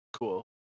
cool